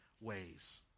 ways